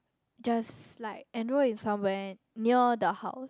just like enrol in somewhere near the house